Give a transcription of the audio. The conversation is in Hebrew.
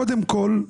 קודם כול,